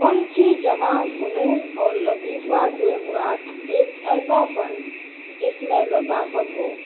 فن کی جمع فنون اور لطیفہ سے مراد ایک ایسا فن جس میں لطافت ہو